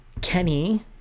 Kenny